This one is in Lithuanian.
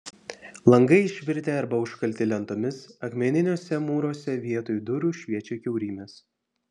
langai išvirtę arba užkalti lentomis akmeniniuose mūruose vietoj durų šviečia kiaurymės